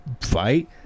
Fight